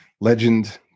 legend